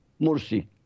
Morsi